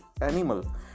animal